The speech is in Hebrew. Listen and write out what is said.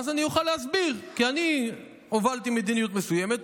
ואז אני אוכל להסביר: הובלתי מדיניות מסוימת,